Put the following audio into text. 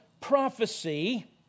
prophecy